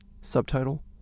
Subtitle